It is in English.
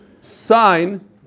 sign